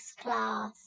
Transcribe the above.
class